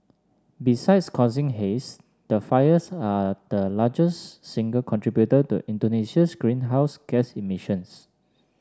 besides causing haze the fires are the largest single contributor to Indonesia's greenhouse gas emissions